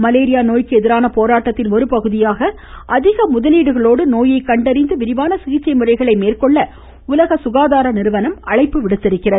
malaria நோய்க்கு எதிரான போராட்டத்தின் ஒருபகுதியாக அதிக முதலீடுகளோடு நோயை கண்டறிந்து விரிவான சிகிச்சை முறைகளை மேற்கொள்ள உலக சுகாதார நிறுவனம் அழைப்பு விடுத்துள்ளது